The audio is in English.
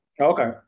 Okay